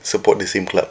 support the same club